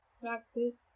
practice